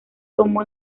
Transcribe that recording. tomó